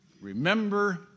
Remember